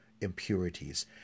impurities